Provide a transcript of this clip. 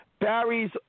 Barry's